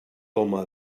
home